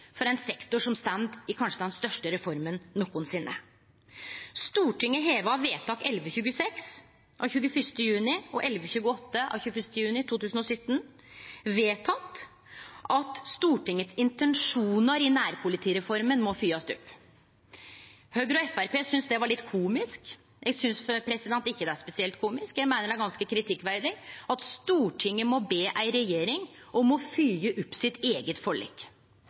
for ein sektor som står i kanskje den største reforma nokosinne. Stortinget har av vedtaka 1 126 og 1 128 av 21. juni 2017 vedteke at Stortinget sine intensjonar i nærpolitireforma må fylgjast opp. Høgre og Framstegspartiet syntest det var litt komisk. Eg synest ikkje det er spesielt komisk. Eg meiner det er ganske kritikkverdig at Stortinget må be ei regjering om å fylgje opp sitt eige forlik.